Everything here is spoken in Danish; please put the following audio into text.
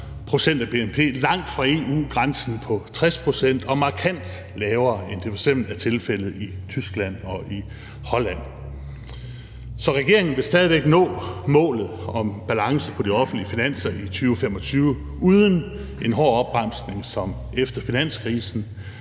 pct. af bnp langt fra EU-grænsen på 60 pct. og markant lavere, end det f.eks. er tilfældet i Tyskland og Holland. Så regeringen vil stadig væk nå målet om at opnå balance på de offentlige finanser i 2025 uden en hård opbremsning som efter finanskrisen,